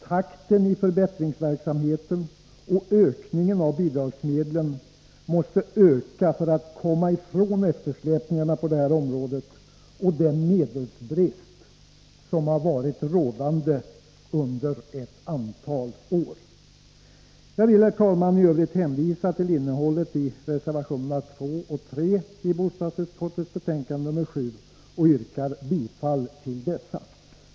Takten i förbättringsverksamheten måste öka och höjningen av bidragsmedlen gå snabbare, för att vi skall komma ifrån eftersläpningarna på detta område och den medelsbrist som rått under ett antal år. Jag vill, herr talman, i övrigt hänvisa till innehållet i reservationerna 2 och 3 i bostadsutskottets betänkande nr 7, och jag yrkar bifall till dessa.